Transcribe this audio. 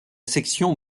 section